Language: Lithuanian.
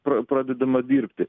pra pradedama dirbti